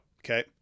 Okay